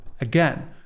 Again